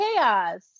Chaos